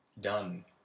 done